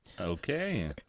okay